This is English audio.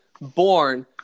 born